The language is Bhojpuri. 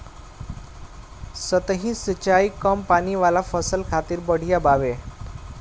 सतही सिंचाई कम पानी वाला फसल खातिर बढ़िया बावे